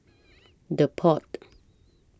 The Pod